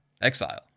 exile